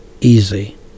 easy